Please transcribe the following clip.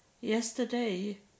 yesterday